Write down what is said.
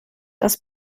das